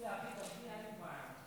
אין לי בעיה.